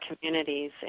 communities